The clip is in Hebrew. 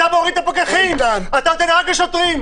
אתה מוריד את הפקחים, אתה נותן רק לשוטרים.